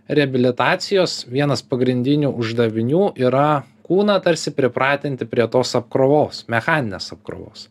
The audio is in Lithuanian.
reabilitacijos vienas pagrindinių uždavinių yra kūną tarsi pripratinti prie tos apkrovos mechaninės apkrovos